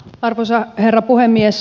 arvoisa herra puhemies